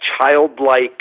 childlike